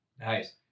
Nice